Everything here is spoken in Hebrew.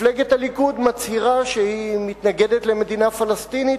מפלגת הליכוד מצהירה שהיא מתנגדת למדינה פלסטינית,